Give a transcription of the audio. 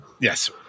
yes